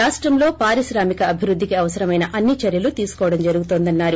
రాష్టంలో పారిశ్రామికాభివృద్దికి అవసరమైన అన్ని చర్యలు తీసుకోవడం జరుగుతోందన్నారు